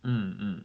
mm mm